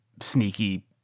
sneaky